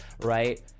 Right